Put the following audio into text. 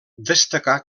destacar